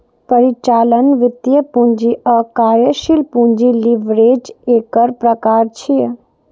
परिचालन, वित्तीय, पूंजी आ कार्यशील पूंजी लीवरेज एकर प्रकार छियै